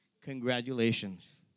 Congratulations